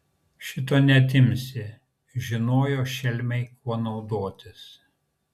šito neatimsi žinojo šelmiai kuo naudotis